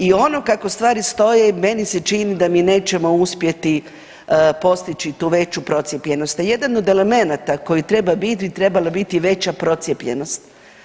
I ono kako stvari stoje meni se čini da mi nećemo uspjeti postići tu veću procijepljenost, a jedan od elemenata koji treba bit bi trebala biti veća procijepljenost.